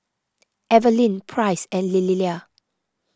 Evelin Price and Lillia